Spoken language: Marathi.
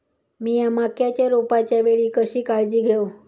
मीया मक्याच्या रोपाच्या वेळी कशी काळजी घेव?